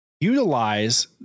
utilize